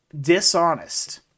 dishonest